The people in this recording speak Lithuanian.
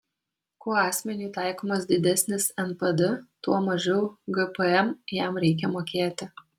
kuo asmeniui taikomas didesnis npd tuo mažiau gpm jam reikia mokėti